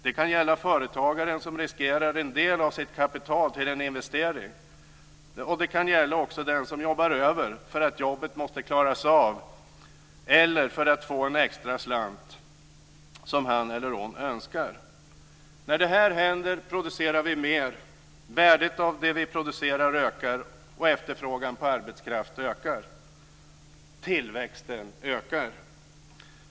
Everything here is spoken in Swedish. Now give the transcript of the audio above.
Det kan gälla företagaren som riskerar en del av sitt kapital till en investering, och det kan gälla den som jobbar över för att jobbet måste klaras av eller för att få en extra slant som han eller hon önskar. När det här händer producerar vi mer. Värdet av det vi producerar ökar och efterfrågan på arbetskraft ökar. Tillväxten ökar.